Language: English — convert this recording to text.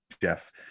Jeff